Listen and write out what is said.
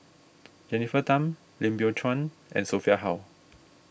Jennifer Tham Lim Biow Chuan and Sophia Hull